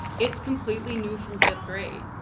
it's completely new from fifth grade.